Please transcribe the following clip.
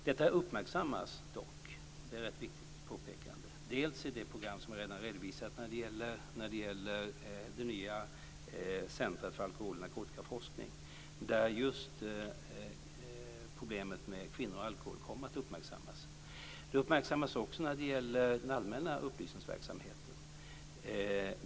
Detta uppmärksammas dock - det är ett viktigt påpekande - t.ex. i det program som jag redan har redovisat när det gäller det nya centrumet för alkoholoch narkotikaforskning, där just problemet med kvinnor och alkohol kommer att uppmärksammas. Det uppmärksammas också när det gäller den allmänna upplysningsverksamheten.